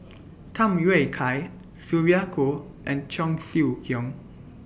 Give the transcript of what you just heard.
Tham Yui Kai Sylvia Kho and Cheong Siew Keong